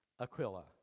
Aquila